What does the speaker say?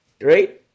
Right